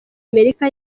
amerika